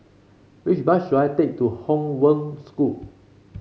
which bus should I take to Hong Wen School